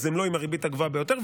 הם לא עם הריבית הגבוהה ביותר,